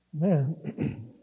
Man